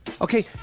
Okay